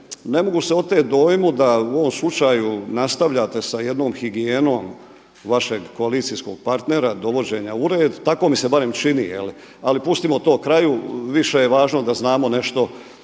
ne mogu se oteti dojmu da u ovom slučaju nastavljate sa jednom higijenom vašeg koalicijskog partnera, dovođenja u red, tako mi se barem čini. Ali pustimo to kraju, više je važno da znamo nešto